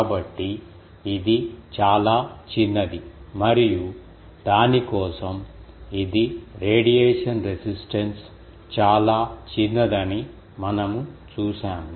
కాబట్టి ఇది చాలా చిన్నది మరియు దాని కోసం ఇది రేడియేషన్ రెసిస్టెన్స్ చాలా చిన్నదని మనము చూశాము